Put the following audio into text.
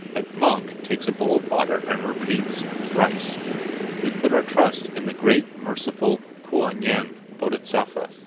a monk takes a bowl of water and repeats thrice we put our trust in the great merciful kuan yin bodhisattva.